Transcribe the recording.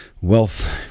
wealth